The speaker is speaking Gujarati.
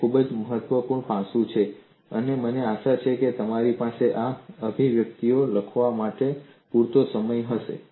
તે ખૂબ જ મહત્વપૂર્ણ પાસું છે અને મને આશા છે કે તમારી પાસે આ અભિવ્યક્તિઓ લખવા માટે પૂરતો સમય હશે